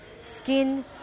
Skin